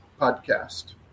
podcast